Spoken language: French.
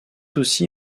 aussi